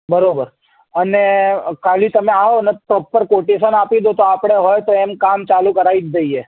બરાબર અને ખાલી તમે આવો અને પ્રોપર કોટેશન આપી દો તો આપણે હોય તો એમ કામ ચાલું કરાવી જ દઈએ